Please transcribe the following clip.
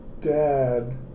dad